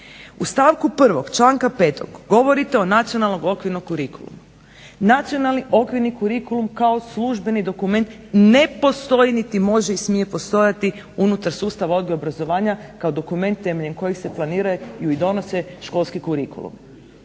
U stavku 1. članka 5. govorite o nacionalnom okvirnom curicullumu. Nacionalni okvirni curicullum kao službeni dokument ne postoji niti može i smije postojati unutar sustava odgoja i obrazovanja kao dokument temeljem kojeg se planiraju i donose školski curicullumi.